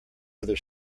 other